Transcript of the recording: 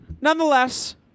Nonetheless